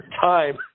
time